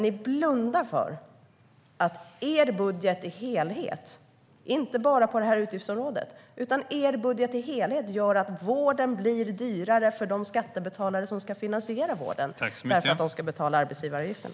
Ni blundar för att er budget i helhet, och inte bara på det här utgiftsområdet, gör att vården blir dyrare för de skattebetalare som ska finansiera vården därför att de ska betala arbetsgivaravgiften.